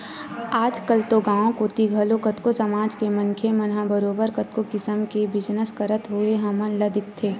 आजकल तो गाँव कोती घलो कतको समाज के मनखे मन ह बरोबर कतको किसम के बिजनस करत होय हमन ल दिखथे